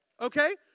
Okay